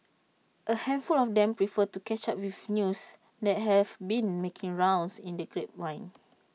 A handful of them prefer to catch up with news that have been making rounds in the grapevine